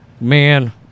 Man